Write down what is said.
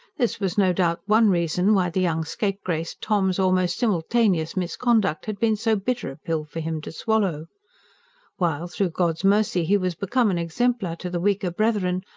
this was no doubt one reason why the young scapegrace tom's almost simultaneous misconduct had been so bitter a pill for him to swallow while, through god's mercy, he was become an exemplar to the weaker brethren,